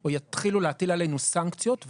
או יתחילו להטיל עלינו סנקציות,